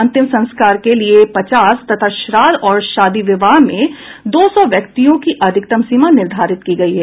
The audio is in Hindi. अंतिम संस्कार के लिए पचास तथा श्राद्ध और शादी विवाह में दो सौ व्यक्तियों की अधिकतम सीमा निर्धारित की गयी है